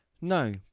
No